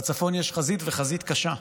בצפון יש חזית וחזית קשה,